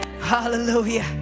hallelujah